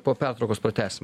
po pertraukos pratęsim